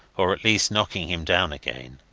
or at least knocking him down again.